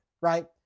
right